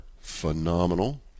phenomenal